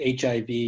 HIV